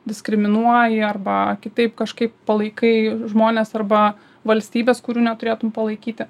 diskriminuoji arba kitaip kažkaip palaikai žmones arba valstybes kūrių neturėtum palaikyti